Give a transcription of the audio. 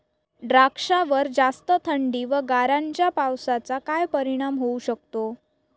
द्राक्षावर जास्त थंडी व गारांच्या पावसाचा काय परिणाम होऊ शकतो?